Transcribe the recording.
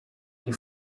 die